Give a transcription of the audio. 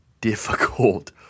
difficult